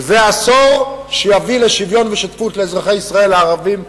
שזה עשור שיביא שוויון ושותפות לאזרחי ישראל הערבים,